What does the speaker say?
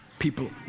people